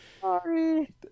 Sorry